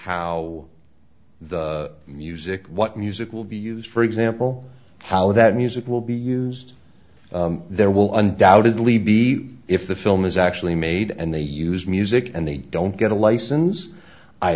how the music what music will be used for example how that music will be used there will undoubtedly be if the film is actually made and they use music and they don't get a license i